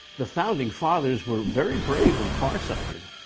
the founding fathers were very brave and far-sighted.